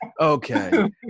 okay